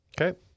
okay